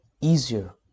easier